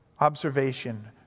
observation